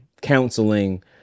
counseling